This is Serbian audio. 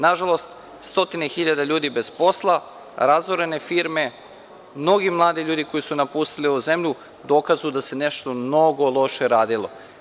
Nažalost, stotine hiljada ljudi bez posla, razorene firme, mnogi mladi ljudi koji su napustili ovu zemlju dokaz su da se nešto mnogo loše radilo.